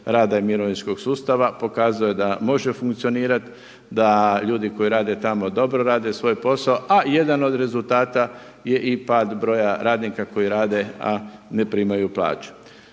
rada i mirovinskog sustava, pokazao je da može funkcionirati, da ljudi koji rade tamo dobro rade svoj posao a jedan od rezultata je i pad broja radnika koji rade, a ne primaju plaću.